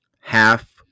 half